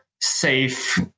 safe